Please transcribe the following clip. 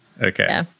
Okay